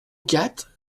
quatre